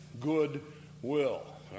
goodwill